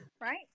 right